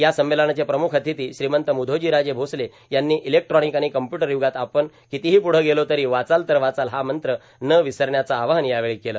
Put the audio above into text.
या संमेलनाचे प्रमुख अतिथी श्रीमंत मुधोजी राजे भोसले यांनी इलेक्ट्रॉनिक आणि कम्प्यूटर युगात आपण कितीही पुढं गेलो तर वाचाल तर वाचाल हा मंत्र न विसरण्याचं आवाहन यावेळी केलं